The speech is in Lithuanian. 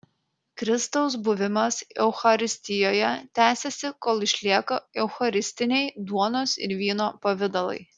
kristaus buvimas eucharistijoje tęsiasi kol išlieka eucharistiniai duonos ir vyno pavidalai